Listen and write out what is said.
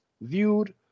viewed